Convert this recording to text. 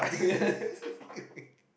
yes